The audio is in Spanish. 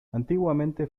antiguamente